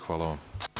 Hvala vam.